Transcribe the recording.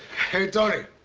hey, tony.